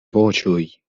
voĉoj